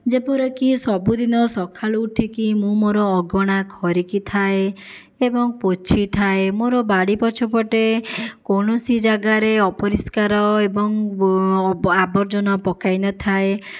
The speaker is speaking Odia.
ଯେପରି କି ସବୁଦିନ ସକାଳୁ ଉଠିକି ମୁଁ ମୋର ଅଗଣା ଖରିକି ଥାଏ ଏବଂ ପୋଛିଥାଏ ମୋର ବାଡ଼ି ପଛପଟେ କୌଣସି ଜାଗାରେ ଅପରିଷ୍କାର ଏବଂ ଆବର୍ଜନା ପକାଇନଥାଏ